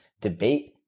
debate